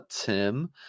tim